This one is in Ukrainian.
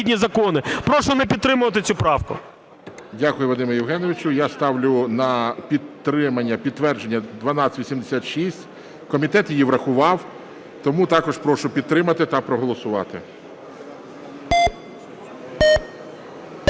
Дякую, Вадиме Євгеновичу. Я ставлю на підтримання, підтвердження 1286. Комітет її врахував, тому також прошу підтримати та проголосувати.